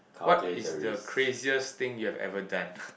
what is the craziest thing you have ever done